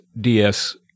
DS